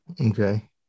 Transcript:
Okay